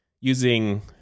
using